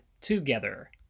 together